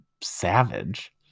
savage